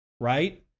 right